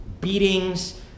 beatings